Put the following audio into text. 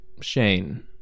Shane